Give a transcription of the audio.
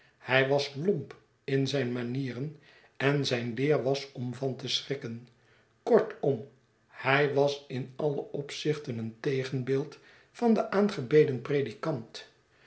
hij was lompin zijn manieren en zijn leer was om van te schrikken kortom hij was in alle opzichten een tegenbeeld van den aangebeden predikant